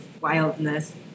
wildness